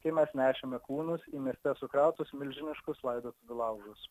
kai mes nešėme kūnus į mirties sukrautus milžiniškus laidotuvių laužus